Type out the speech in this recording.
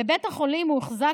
בבית החולים הוא הוחזק,